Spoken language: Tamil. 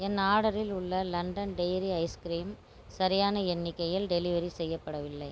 என் ஆர்டரில் உள்ள லண்டன் டெய்ரி ஐஸ் கிரீம் சரியான எண்ணிக்கையில் டெலிவரி செய்யப்படவில்லை